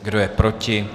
Kdo je proti?